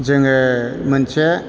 जोङो मोनसे